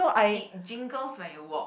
it jiggles when you walk